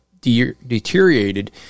deteriorated